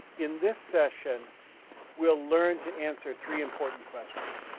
in this session we'll learn to answer three important questions.